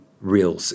real